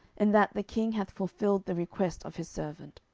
in that the king hath fulfilled the request of his servant.